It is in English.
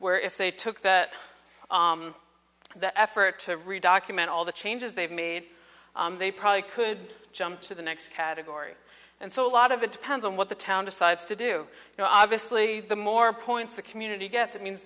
where if they took that effort to read document all the changes they've made they probably could jump to the next category and so a lot of it depends on what the town decides to do you know obviously the more points the community gets it means